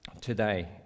today